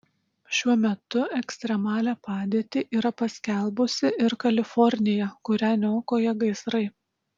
šiuo metu ekstremalią padėtį yra paskelbusi ir kalifornija kurią niokoja gaisrai